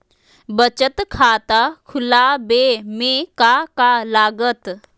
बचत खाता खुला बे में का का लागत?